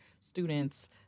students